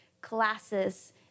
classes